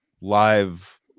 live